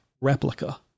replica